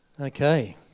Okay